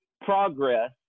progress